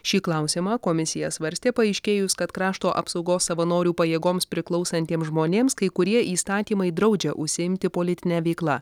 šį klausimą komisija svarstė paaiškėjus kad krašto apsaugos savanorių pajėgoms priklausantiems žmonėms kai kurie įstatymai draudžia užsiimti politine veikla